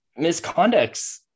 misconducts